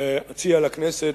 אציע לכנסת,